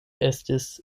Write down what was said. estis